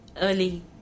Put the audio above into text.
early